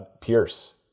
Pierce